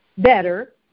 better